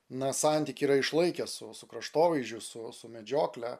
na santykį yra išlaikę su su kraštovaizdžiu su su medžiokle